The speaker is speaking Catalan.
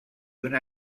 una